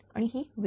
आणि ही वेळ